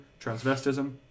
transvestism